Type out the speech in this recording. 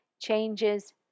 changes